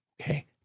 okay